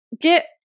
get